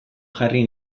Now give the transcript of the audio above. jarri